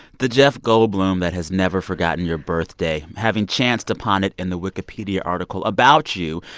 the jeff goldblum that has never forgotten your birthday, having chanced upon it in the wikipedia article about you,